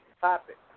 topic